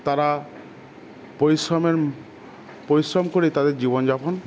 তারা পরিশ্রমের পরিশ্রম করে তাদের জীবনযাপন